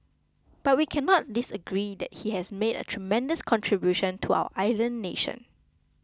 but we cannot disagree that he has made a tremendous contribution to our island nation